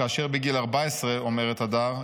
כאשר בגיל 14" אומרת הדר,